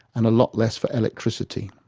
and a lot less for electricity.